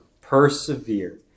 persevere